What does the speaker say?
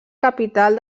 capital